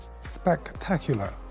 spectacular